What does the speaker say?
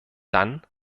dann